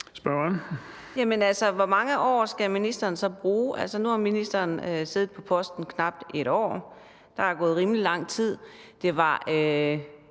hvor mange år skal ministeren så bruge? Nu har ministeren siddet på posten i knap 1 år, og der er gået rimelig lang tid.